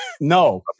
No